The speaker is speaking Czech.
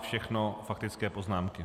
Všechno faktické poznámky.